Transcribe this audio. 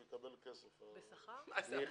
נצרת עילית,